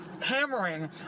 hammering